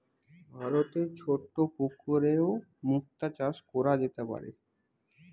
ভারতে ছোট পুকুরেও মুক্তা চাষ কোরা যেতে পারে